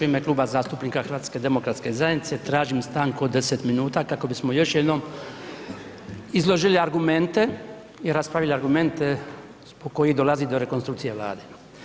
U ime Kluba zastupnika HDZ-a tražim stanku od 10 minuta kako bismo još jednom izložili argumente i raspravili argumente zbog kojih dolazi do rekonstrukcije Vlade.